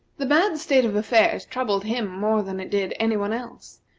the bad state of affairs troubled him more than it did any one else,